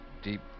deep